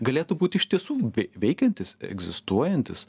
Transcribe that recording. galėtų būti iš tiesų vei veikiantis egzistuojantis